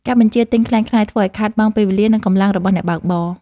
ការបញ្ជាទិញក្លែងក្លាយធ្វើឱ្យខាតបង់ពេលវេលា និងកម្លាំងរបស់អ្នកបើកបរ។